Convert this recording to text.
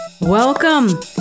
welcome